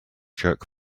jerk